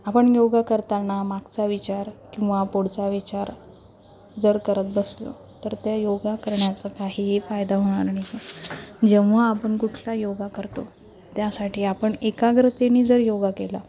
आपण योगा करताना मागचा विचार किंवा पुढचा विचार जर करत बसलो तर त्या योगा करण्याचा काहीही फायदा होणार नाही जेव्हा आपण कुठला योगा करतो त्यासाठी आपण एकाग्रतेनी जर योगा केला